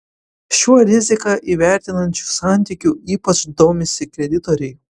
šiuo riziką įvertinančiu santykiu ypač domisi kreditoriai